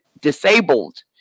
disabled